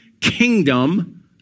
kingdom